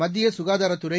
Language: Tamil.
மத்திய சுகாதாரத் துறை